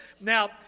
Now